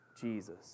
Jesus